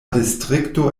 distrikto